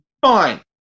Fine